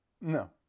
No